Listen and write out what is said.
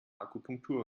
akupunktur